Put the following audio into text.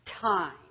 time